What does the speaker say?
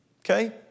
Okay